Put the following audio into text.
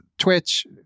twitch